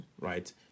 right